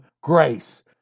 grace